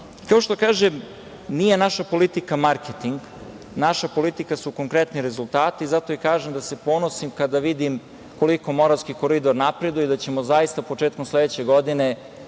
što kažem, nije naša politika marketing. Naša politika su konkretni rezultati, zato i kažem da se ponosim kada vidim koliko Moravski koridor napreduje i da ćemo zaista početkom sledeće godine